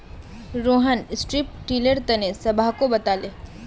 Rohan strip tiller तने सबहाको बताले